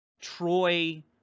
Troy